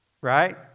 Right